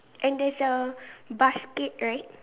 and there's a basket right